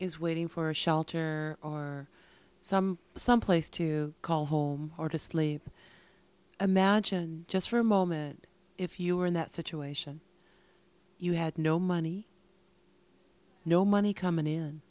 is waiting for a shelter or some someplace to call home or to sleep imagine just for a moment if you were in that situation you had no money no money coming in